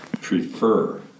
prefer